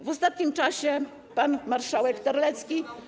W ostatnim czasie pan marszałek Terlecki.